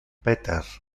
peter